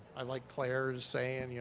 i like claire saying, you